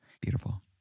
Beautiful